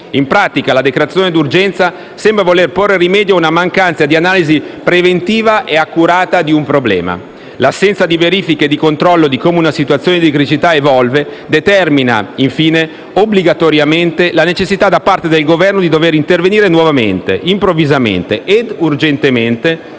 In pratica, la decretazione d'urgenza sembra voler porre rimedio ad una mancanza di analisi preventiva ed accurata di un problema. L'assenza di verifica e di controllo di come una situazione di criticità evolve determina, infine, obbligatoriamente, la necessità da parte del Governo di dover intervenire nuovamente, improvvisamente ed urgentemente,